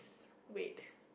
wait